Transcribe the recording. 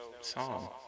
song